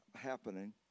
happening